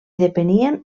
depenien